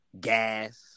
Gas